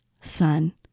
son